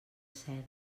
seda